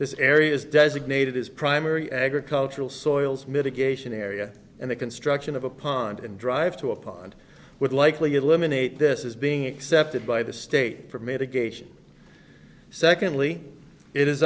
this area is designated as primary agricultural soils mitigation area and the construction of a pond and drive to a pond would likely eliminate this is being accepted by the state for me to gauge and secondly it is